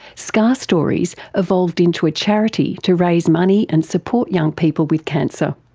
scar stories evolved into a charity to raise money and support young people with cancer.